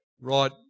right